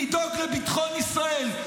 לדאוג לביטחון ישראל.